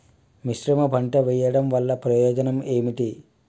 మిశ్రమ పంట వెయ్యడం వల్ల ప్రయోజనం ఏమిటి?